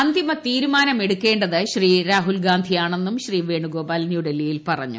അന്തിമ തീരുമാനമെടുക്കേണ്ടത് രാഹുൽ ഗാന്ധിയാണെന്നും വേണുഗോപാൽ ന്യൂഡൽഹിയിൽ പറഞ്ഞു